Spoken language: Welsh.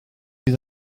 bydd